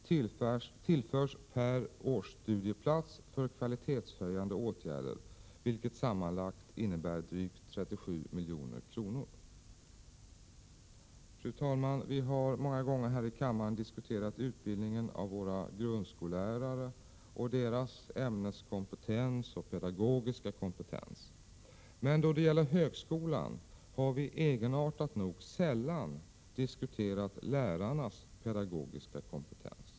tillförs per årsstudieplats för kvalitetshöjande åtgärder, vilket sammantaget innebär drygt 37 milj.kr. Fru talman! Vi har många gånger här i kammaren diskuterat utbildningen av våra grundskollärare och deras ämneskompetens och pedagogiska kompetens. Men då det gäller högskolan har vi egenartat nog sällan diskuterat lärarnas pedagogiska kompetens.